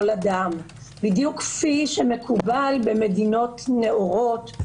אדם בדיוק כמו שמקובל במדינות נאורות,